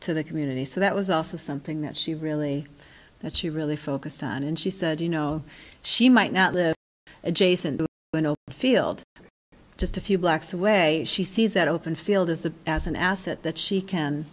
to the community so that was also something that she really that she really focused on and she said you know she might not the adjacent field just a few blocks away she sees that open field as a as an asset that she can